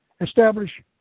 establish